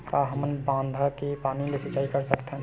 का हमन बांधा के पानी ले सिंचाई कर सकथन?